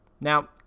Now